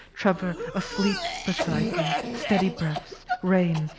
trevor asleep beside you. steady breaths, rain,